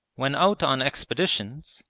when out on expeditions,